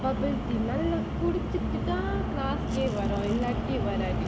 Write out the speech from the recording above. bubble T நல்ல குடிச்சிட்டுதா:nalla kudichittuthaa class வரும் இல்லாட்டி வராது:varum illaatti varaathu